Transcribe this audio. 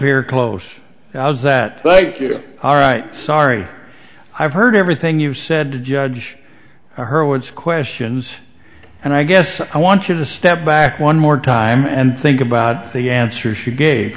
here close how's that thank you all right sorry i've heard everything you've said to judge her words questions and i guess i want you to step back one more time and think about the answer